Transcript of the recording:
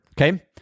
Okay